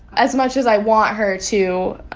as much as i want her to,